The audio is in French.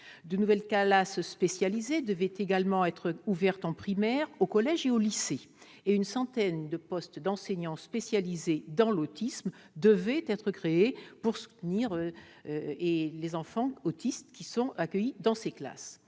De nouvelles classes spécialisées devaient également être ouvertes en primaire, au collège et au lycée. Une centaine de postes d'enseignants spécialisés dans l'autisme devaient être créés pour soutenir les enfants autistes accueillis dans ces classes.